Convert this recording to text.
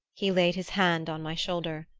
he laid his hand on my shoulder.